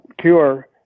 cure